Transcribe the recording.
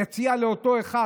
אני מציע לאותו אחד,